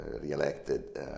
re-elected